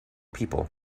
people